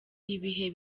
ibihe